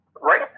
Right